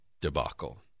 debacle